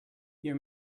your